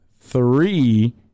Three